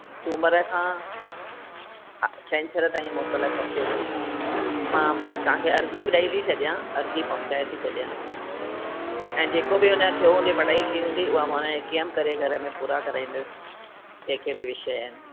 सूमरु खां छंछरु ताईं मोकल खपे मां तव्हां खे अर्ज़ी बि ॾेई थी छॾियां अर्ज़ी पहुचाए थी छॾियां ऐं जेको बि हुन जो थियो हुजे पढ़ाई थी हूंदी उहा मां हुन खे कीअं बि करे घर में पूरा कराईंदसि जेके बि विषय आहिनि